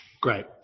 Great